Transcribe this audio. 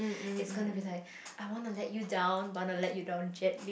it's gonna be like I want to let you down but I want to let you down gently